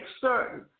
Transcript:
certain